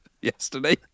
Yesterday